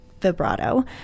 vibrato